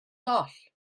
goll